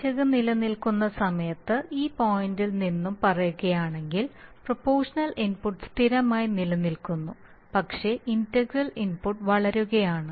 പിശക് നിലനിൽക്കുന്ന സമയത്ത് ഈ പോയിൻറ്ൽ നിന്ന് പറയുക ആണെങ്കിൽ പ്രൊപോഷണൽ ഇൻപുട്ട് സ്ഥിരമായി നിലനിൽക്കുന്നു പക്ഷേ ഇന്റഗ്രൽ ഇൻപുട്ട് വളരുകയാണ്